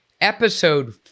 episode